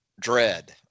dread